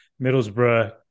Middlesbrough